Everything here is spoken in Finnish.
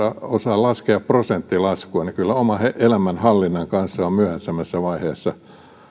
osaa laskea prosenttilaskua niin kyllä oman elämänhallinnan kanssa on myöhäisemmässä vaiheessa